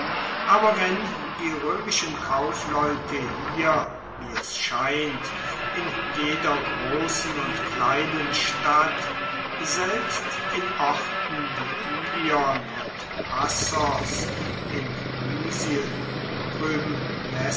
aber wenn die römischen kaufleute hier wie es scheint in jeder großen und kleinen stadt selbst in orten wie ilion und assos in